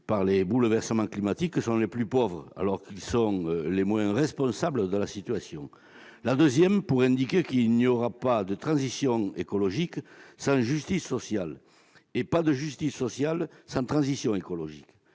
par les bouleversements climatiques sont les plus pauvres, alors qu'ils sont les moins responsables de la situation. La seconde visera à indiquer qu'il n'y aura pas de transition écologique sans justice sociale et pas de justice sociale sans transition écologique.